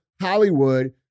Hollywood